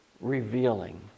revealing